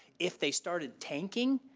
if they started tanking,